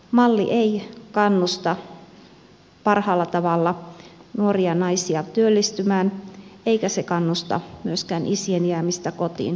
malli ei kannusta parhaalla tavalla nuoria naisia työllistymään eikä se kannusta myöskään isien jäämistä kotiin